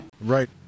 Right